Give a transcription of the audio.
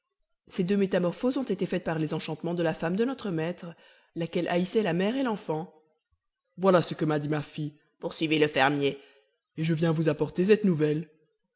ces deux métamorphoses ont été faites par les enchantements de la femme de notre maître laquelle haïssait la mère et l'enfant voilà ce que m'a dit ma fille poursuivit le fermier et je viens vous apporter cette nouvelle